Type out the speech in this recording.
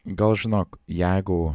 gal žinok jeigu